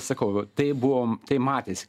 sakau tai buvo tai matėsi